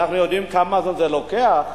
אנחנו יודעים כמה זמן זה לוקח,